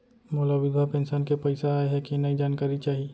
मोला विधवा पेंशन के पइसा आय हे कि नई जानकारी चाही?